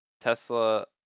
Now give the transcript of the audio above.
Tesla